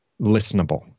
listenable